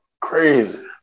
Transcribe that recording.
Crazy